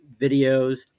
videos